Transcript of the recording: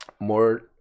more